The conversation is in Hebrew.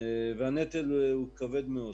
והנטל הוא כבד מאוד.